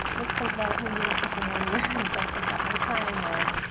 let's think about it maybe in a couple more years, like you've got more time, or